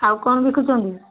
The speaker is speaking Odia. ଆଉ କ'ଣ ବିକୁଛନ୍ତି